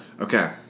Okay